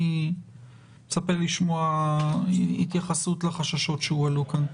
אני מצפה לשמוע התייחסות לחששות שהועלו כאן.